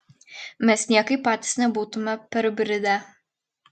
mes niekaip patys nebūtume perbridę